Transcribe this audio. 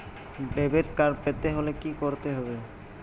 Debit card পেতে হলে কি করতে হবে?